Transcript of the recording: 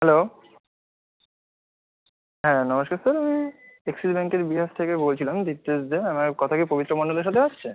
hello হ্যাঁ নমস্কার sir আমি অ্যাক্সিস ব্যাঙ্কের বিহাফ থেকে বলছিলাম দিপ্তেশ দে আমার কথা কি পবিত্র মন্ডলের সাথে হচ্ছে